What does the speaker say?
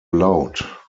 laut